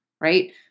right